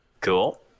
Cool